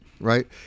right